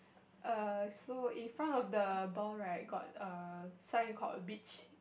err so in front of the ball right got a sign called beach